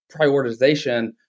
prioritization